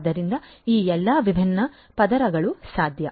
ಆದ್ದರಿಂದ ಈ ಎಲ್ಲಾ ವಿಭಿನ್ನ ಪದರಗಳು ಸಾಧ್ಯ